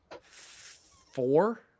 Four